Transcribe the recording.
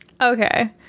Okay